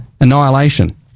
annihilation